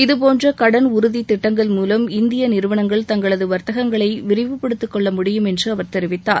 இதுபோன்ற கடன் உறுதி திட்டங்கள் மூலம் இந்திய நிறுவனங்கள் தங்களது வாத்தகங்களை விரிவுப்படுத்திக்கொள்ள முடியும் என்று அவர் தெரிவித்தார்